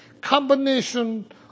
combination